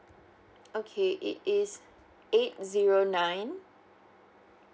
okay it is eight zero nine